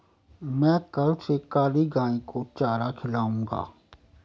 मैं कल से काली गाय को चारा खिलाऊंगा